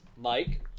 Mike